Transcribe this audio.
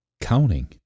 counting